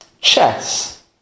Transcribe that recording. Chess